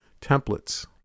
templates